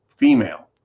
female